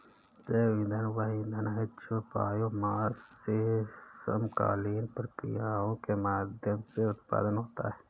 जैव ईंधन वह ईंधन है जो बायोमास से समकालीन प्रक्रियाओं के माध्यम से उत्पन्न होता है